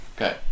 Okay